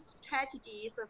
strategies